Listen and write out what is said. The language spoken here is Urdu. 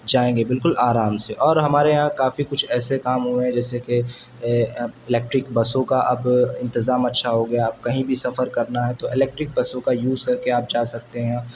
جائیں گے بالکل آرام سے اور ہمارے یہاں کافی کچھ ایسے کام ہوئے ہیں جیسے کہ الیکٹرک بسوں کا اب انتظام اچھا ہو گیا اب کہیں بھی سفر کرنا ہے تو الیکٹرک بسوں کا یوز کر کے آپ جا سکتے ہیں